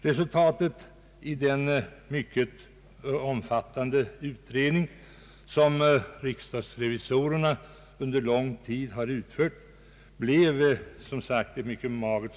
Resultatet av den mycket omfattande utredningen som riksdagsrevisorerna under lång tid har gjort måste betraktas som mycket magert.